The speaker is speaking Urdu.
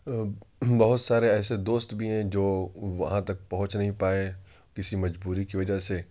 بہت سارے ایسے دوست بھی ہیں جو وہاں تک پہنچ نہیں پائے کسی مجبوری کی وجہ سے